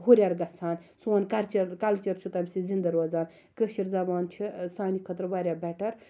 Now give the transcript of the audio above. ہُریٚر گَژھان سون کَچَر کَلچَر چھُ تمہِ سۭتۍ زِنٛدٕ روزان کٲشٕر زَبان چھِ سانہِ خٲطرٕ واریاہ بیٚٹَر